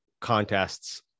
contests